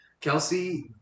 Kelsey